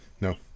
no